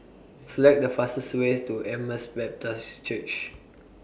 Select The fastest Way to Emmaus Baptist Church